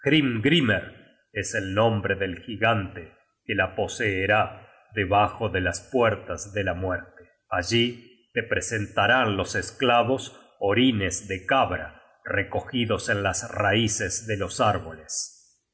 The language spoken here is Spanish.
hrimgrimer es el nombre del gigante que la poseerá debajo de las puertas de la muerte allí te presentarán los esclavos orines de cabra recogidos en las raices de los árboles